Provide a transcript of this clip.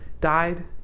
died